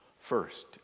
First